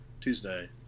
Tuesday